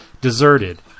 deserted